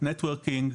net working,